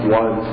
one